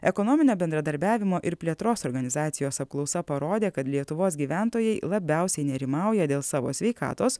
ekonominio bendradarbiavimo ir plėtros organizacijos apklausa parodė kad lietuvos gyventojai labiausiai nerimauja dėl savo sveikatos